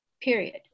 period